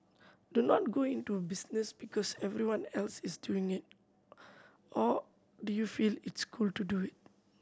do not go into a business because everyone else is doing it or do you feel it's cool to do it